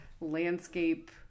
landscape